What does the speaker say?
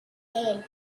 tail